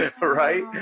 right